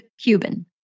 Cuban